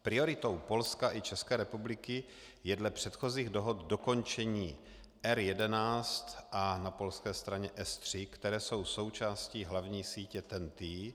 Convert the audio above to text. Prioritou Polska i České republiky je dle předchozích dohod dokončení R11 a na polské straně S3, které jsou součástí hlavní sítě TENT.